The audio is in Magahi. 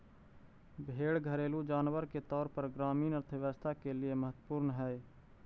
भेंड़ घरेलू जानवर के तौर पर ग्रामीण अर्थव्यवस्था के लिए महत्त्वपूर्ण हई